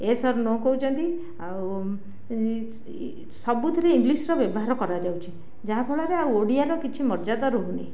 S or no କହୁଛନ୍ତି ଆଉ ସବୁଥିରେ ଇଙ୍ଗଲିସ୍ର ବ୍ୟବହାର କରାଯାଉଛି ଯାହାଫଳରେ ଆଉ ଓଡ଼ିଆର କିଛି ମର୍ଯ୍ୟାଦା ରହୁନି